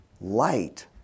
light